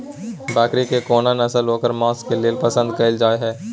बकरी के कोन नस्ल ओकर मांस के लेल पसंद कैल जाय हय?